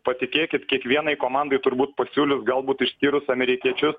patikėkit kiekvienai komandai turbūt pasiūlius galbūt ištyrus amerikiečius